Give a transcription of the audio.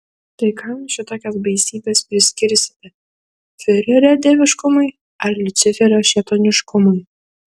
tai kam šitokias baisybes priskirsite fiurerio dieviškumui ar liuciferio šėtoniškumui